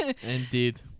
Indeed